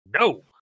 No